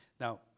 Now